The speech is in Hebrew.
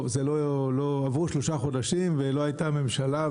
עברו שלושה חודשים ולא הייתה ממשלה,